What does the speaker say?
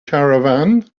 caravan